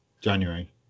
January